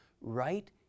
right